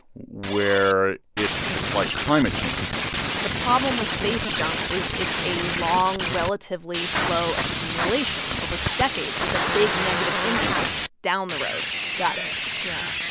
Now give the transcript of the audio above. where it's it's like climate change and the problem with space junk is it's a long, relatively slow accumulation over decades, with a big negative impact down the road got it yeah.